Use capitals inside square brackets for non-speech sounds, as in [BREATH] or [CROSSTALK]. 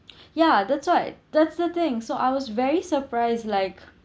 [BREATH] ya that's right that's the thing so I was very surprised like